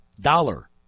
dollar